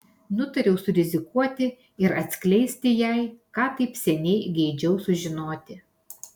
nutariau surizikuoti ir atskleisti jai ką taip seniai geidžiau sužinoti